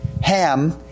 Ham